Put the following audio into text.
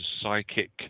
psychic